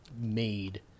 made